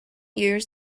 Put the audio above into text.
years